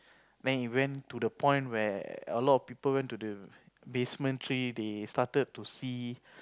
then it went to the point where a lot people went to the basement three they started to see